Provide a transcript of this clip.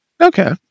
Okay